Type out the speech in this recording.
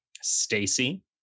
Stacy